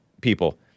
people